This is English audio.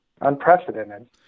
unprecedented